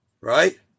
right